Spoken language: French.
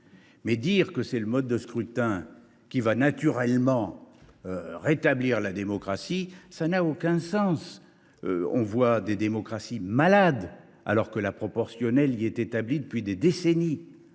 Mais dire que le mode de scrutin contribuera naturellement à rétablir la démocratie, cela n’a aucun sens. En effet, certaines démocraties sont malades alors que la proportionnelle y est établie depuis des décennies.